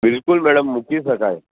બિલકુલ મેડમ મૂકી શકાય